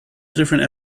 different